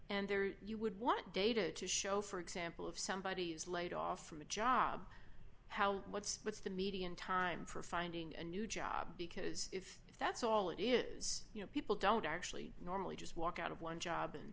and there you would want data to show for example of somebody who is laid off from a job how what's what's the median time for finding a new job because if that's all it is you know people don't actually normally just walk out of one job and